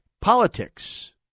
politics